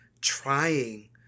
trying